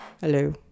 Hello